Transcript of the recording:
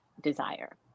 desire